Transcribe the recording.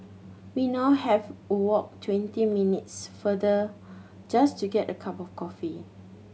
we now have walk twenty minutes farther just to get a cup of coffee